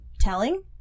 telling